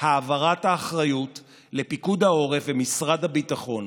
העברת האחריות לפיקוד העורף ומשרד הביטחון,